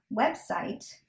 website